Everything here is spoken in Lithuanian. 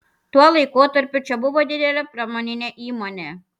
tuo laikotarpiu čia buvo didelė pramoninė įmonė